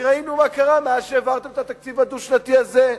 כי ראינו מה קרה מאז שהעברתם את התקציב הדו-שנתי הזה.